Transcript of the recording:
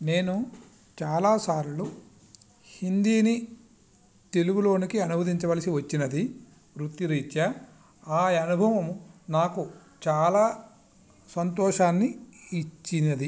నేను చాలాసార్లు హిందీని తెలుగులోనికి అనువదించవలసి వచ్చినది వృత్తి రిత్యా ఆ అనుభవం నాకు చాలా సంతోషాన్ని ఇచ్చినది